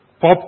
Pop